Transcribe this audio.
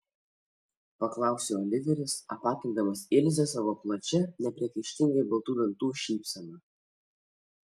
paklausė oliveris apakindamas ilzę savo plačia nepriekaištingai baltų dantų šypsena